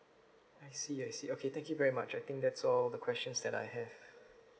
I see I see okay thank you very much I think that's all the questions that I have